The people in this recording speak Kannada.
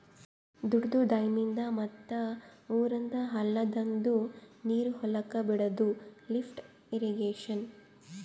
ದೊಡ್ದು ಡ್ಯಾಮಿಂದ್ ಮತ್ತ್ ಊರಂದ್ ಹಳ್ಳದಂದು ನೀರ್ ಹೊಲಕ್ ಬಿಡಾದು ಲಿಫ್ಟ್ ಇರ್ರೀಗೇಷನ್